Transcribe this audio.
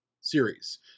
series